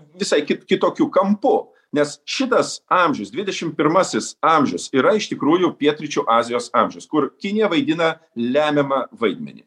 visai kitokiu kampu nes šitas amžius dvidešim pirmasis amžius yra iš tikrųjų pietryčių azijos amžius kur kinija vaidina lemiamą vaidmenį